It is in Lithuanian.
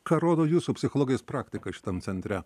ką rodo jūsų psichologijos praktika šitam centre